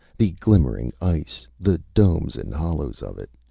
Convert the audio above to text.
the glimmering ice, the domes and hollows of it.